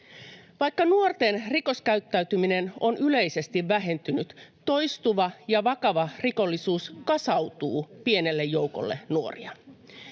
Vaikka nuorten rikoskäyttäytyminen on yleisesti vähentynyt, toistuva ja vakava rikollisuus kasautuu pienelle joukolle nuoria.